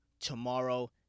tomorrow